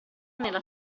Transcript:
nella